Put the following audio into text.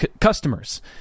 customers